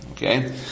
Okay